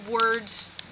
words